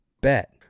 Bet